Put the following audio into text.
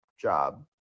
job